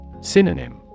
Synonym